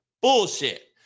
Bullshit